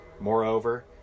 moreover